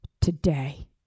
today